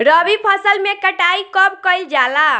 रबी फसल मे कटाई कब कइल जाला?